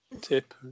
tip